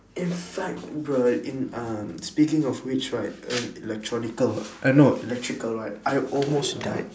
if like bruh in uh speaking of which right err eh no electrical right I almost died